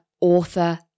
author